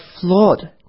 flawed